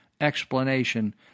explanation